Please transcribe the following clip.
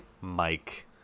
Mike